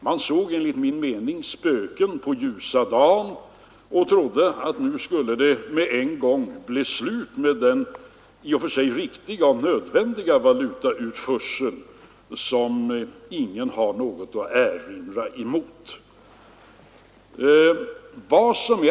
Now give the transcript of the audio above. Man såg enligt min mening spöken på ljusa dagen och trodde att det nu med en gång skulle bli slut på den i och för sig riktiga och nödvändiga valutautförseln som ingen har något att erinra mot.